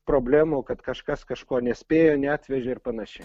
problemų kad kažkas kažko nespėjo neatvežė ir panašiai